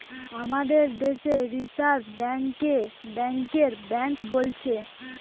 আমাদের দেশে reserve bank কে ব্যাংকের বেঙ্ক বোলছে